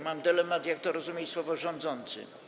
Mam dylemat, jak rozumieć słowo „rządzący”